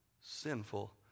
sinful